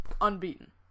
unbeaten